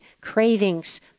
cravings